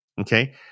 okay